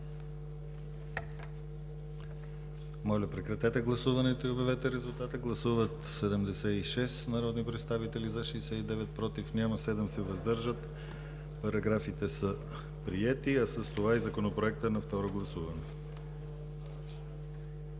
Моля прекратете гласуването и обявете резултата. Гласували 76 народни представители: за 69, против няма, въздържали се 7. Параграфите са приети, а с това и Законопроектът на второ гласуване.